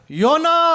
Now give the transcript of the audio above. yona